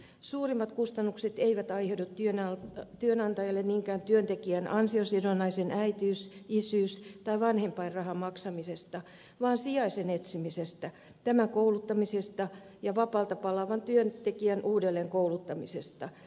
suurimmat kustannukset eivät aiheudu työnantajalle niinkään työntekijän ansiosidonnaisen äitiys isyys tai vanhempainrahan maksamisesta vaan sijaisen etsimisestä tämän kouluttamisesta ja vapaalta palaavan työntekijän uudelleenkouluttamisesta